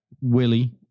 Willie